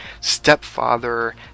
stepfather